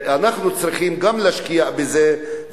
אנחנו צריכים גם להשקיע בזה,